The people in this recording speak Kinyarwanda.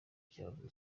cyavuze